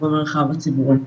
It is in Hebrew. במרחב הציבורי.